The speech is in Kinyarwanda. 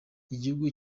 igihugu